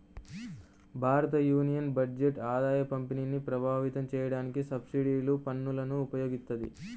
భారతయూనియన్ బడ్జెట్ ఆదాయపంపిణీని ప్రభావితం చేయడానికి సబ్సిడీలు, పన్నులను ఉపయోగిత్తది